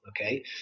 Okay